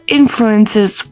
influences